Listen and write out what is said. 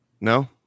no